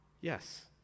yes